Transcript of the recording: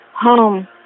home